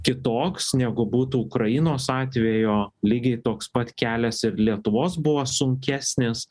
kitoks negu būtų ukrainos atvejo lygiai toks pat kelias ir lietuvos buvo sunkesnis